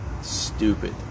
stupid